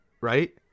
Right